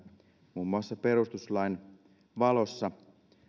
muun muassa perustuslain valossa